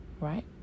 Right